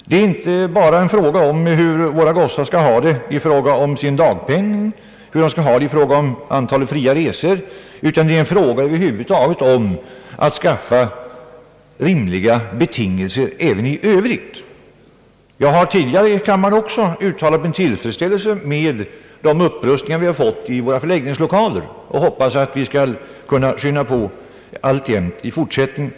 Det är inte bara fråga om hur våra gossar skall ha det när det gäller dagpenning och antalet fria resor, utan det är över huvud taget fråga om att skapa rimliga betingelser även i övrigt. Jag har tidigare i kammaren uttalat min tillfredsställelse med de upprustningar vi fått av förläggningslokalerna, och jag hoppas att vi i fortsättningen skall kunna påskynda denna upprustning.